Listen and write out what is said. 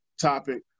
topic